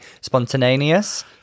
spontaneous